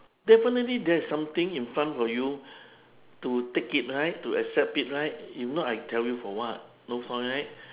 definitely there's something in front for you to take it right to accept it right if not I tell you for what no point right